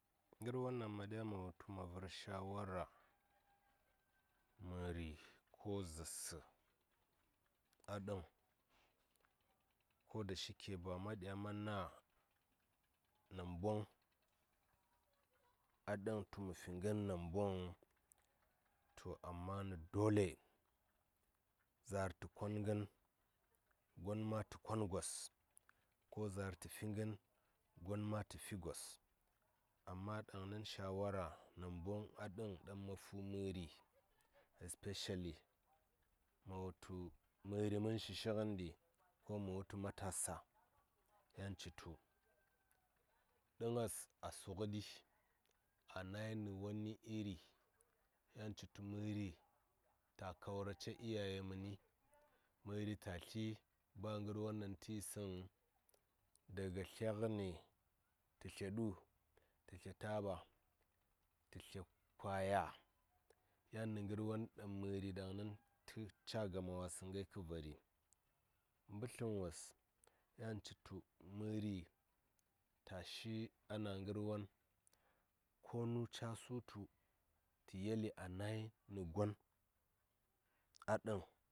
Ngər won ɗaŋ ma ɗya ma vər shawara məri ko zaarsə a ɗəŋ ko da shi keba ma ɗya ma na namboŋ a ɗəŋ tu mə fi ngən nambo ŋəŋ to amma nə dole zaar tə kon ngən gon ma tə kon gos ko zaar tə fi ngən gon ma tə fi gos amma ɗaŋnin shawara namboŋ a ɗəŋ ɗaŋ ma fu məri espeshali ma wu tu məri mən shishi ngənmdi ko mə wutu matasa yan citu dəŋes a su ngəɗi a nai nə wani iri yan citu məri ta kaura ce iyaye məni məri ta tli ba ngər won ɗaŋ ta yisə ŋəŋ daga tlya ngəni tə tlya ɗu tə tlya taɓa tətlya kwaya yan nə ngər won ɗaŋ məri ɗaŋnən tə caa gama wasəŋ ngai kə vari, mbətləm wos yan citu məri ta shi a na ngər won konu caa sutu tə yeli a nai nə gon a ɗəŋ.